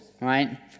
right